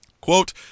Quote